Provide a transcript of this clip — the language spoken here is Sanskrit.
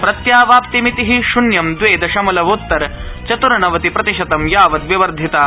प्रत्यवाप्निमिति शून्यं द्वे दशमलवोत्तर चतुर्नवति प्रतिशतं यावत् विवर्धिता